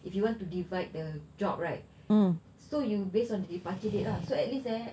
if you want to divide the job right so you based on the departure date lah so at least eh